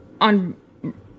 on